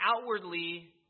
outwardly